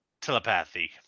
telepathy